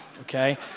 okay